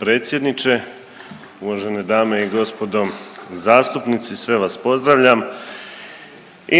Predsjedniče, uvažene dame i gospodo zastupnici, sve vas pozdravljam